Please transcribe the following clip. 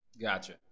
Gotcha